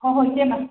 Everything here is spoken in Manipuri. ꯍꯣ ꯍꯣꯏ ꯏꯆꯦꯃ